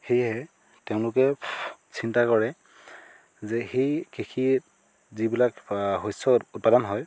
সেয়েহে তেওঁলোকে চিন্তা কৰে যে সেই কৃষিৰ যিবিলাক শস্য উৎপাদন হয়